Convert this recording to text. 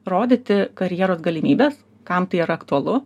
rodyti karjeros galimybes kam tai yra aktualu